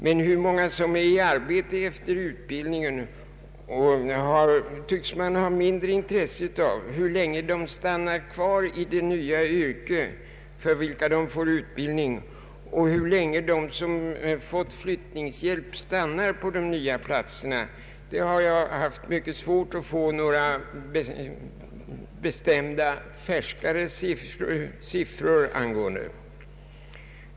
Men hur många som är i arbete efter utbildningen tycks man hysa mindre intresse för. Hur länge de stannar kvar i de nya yrken, för vilka de fått utbildning, och hur länge de som fått flyttningshjälp stannar på de nya platserna, därom har jag haft mycket svårt att få några bestämda, färskare siffror.